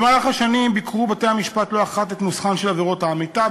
במהלך השנים ביקרו בתי-המשפט לא אחת את נוסחן של עבירות ההמתה.